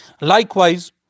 likewise